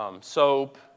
soap